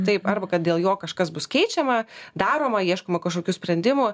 taip arba kad dėl jo kažkas bus keičiama daroma ieškoma kažkokių sprendimų